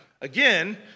again